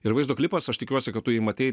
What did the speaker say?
ir vaizdo klipas aš tikiuosi kad tu matei